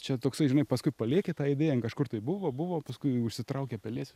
čia toksai žinai paskui palieki tą idėją jin kažkur tai buvo buvo paskui užsitraukia pelėsiu